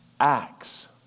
acts